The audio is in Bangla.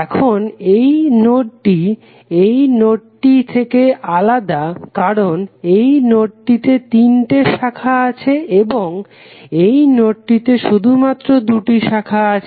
এখন এই নোডটি এই নোডটির থেকে আলাদা কারণ এই নোডটিতে তিনটি শাখা আছে এবং এই নোডটিতে শুধুমাত্র দুটি শাখা আছে